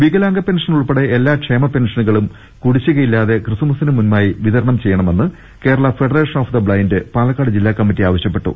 വികലാംഗ pension ഉൾപ്പെടെ എല്ലാ ക്ഷേമ പെൻഷനുകളും കുടി ശ്ശികയില്ലാതെ ക്രിസ്തുമസിന് മുമ്പായി വിതരണം ചെയ്യണമെന്ന് Kerala federation of the blind Palakkad ജില്ലാ കമ്മിറ്റി ആവശ്യപ്പെട്ടു